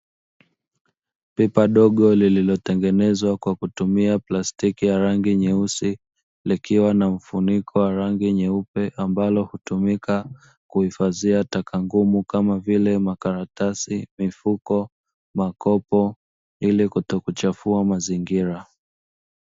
Pipa dogo lililotengenezwa kwa kutumia plastiki ya rangi ya nyeusi likiwa na mfuniko wa rangi nyeupe ambalo hutumika kuhifadhia taka ngumu kama vile makaratasi, mifuko, makopo ili kutokuchafua mazingira.